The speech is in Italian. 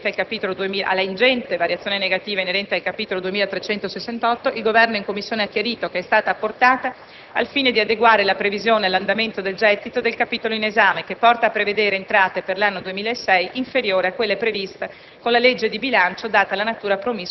Con riferimento alla ingente variazione negativa inerente al capitolo 2368, il Governo, in Commissione, ha chiarito che è stata apportata al fine di adeguare la previsione all'andamento del gettito del capitolo in esame, che porta a prevedere entrate per l'anno 2006 inferiori a quelle previste